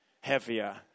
heavier